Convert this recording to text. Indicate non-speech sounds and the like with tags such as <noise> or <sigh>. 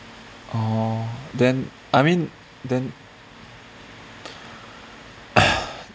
oh then I mean then <noise>